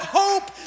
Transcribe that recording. hope